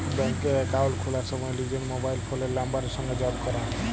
ব্যাংকে একাউল্ট খুলার সময় লিজের মবাইল ফোলের লাম্বারের সংগে যগ ক্যরা